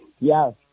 Yes